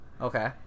Okay